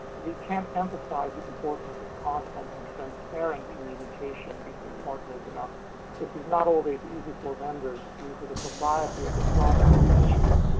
we cannot emphasize the importance of constant and transparent communication between partners. this is not always easy for vendors, due to the propriety of their products and initiatives.